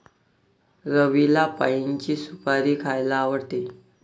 रवीला पाइनची सुपारी खायला आवडते